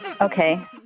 Okay